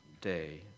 day